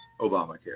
Obamacare